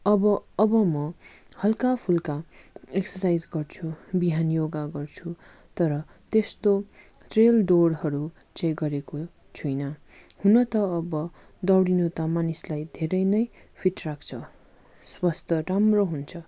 अब अब म हल्का फुल्का एक्ससाइज गर्छु बिहान योगा गर्छु तर त्यस्तो त्रिलडोरहरू चाहिँ गरेको छुइनँ हुन त अब दौडिनु त मानिसलाई धेरै नै फिट राख्छ स्वस्थ राम्रो हुन्छ